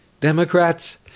Democrats